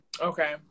okay